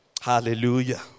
Hallelujah